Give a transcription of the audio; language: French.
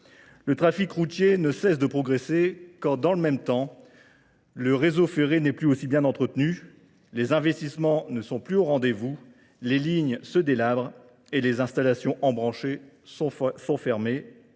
Le trafic routier ne cesse de progresser quand dans le même temps, Le réseau ferré n'est plus aussi bien entretenu, les investissements ne sont plus au rendez-vous, les lignes se délabrent et les installations en branché sont fermées